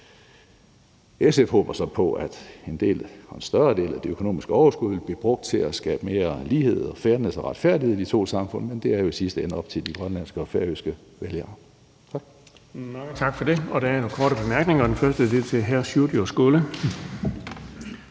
SF håber så på, at en større del af det økonomiske overskud vil blive brugt til at skabe mere lighed og fairness og retfærdighed i de to samfund, men det er jo i sidste ende op til de grønlandske og færøske vælgere. Tak.